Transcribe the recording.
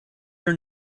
your